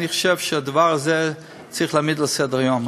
אני חושב שאת הדבר הזה צריך להעמיד על סדר-היום.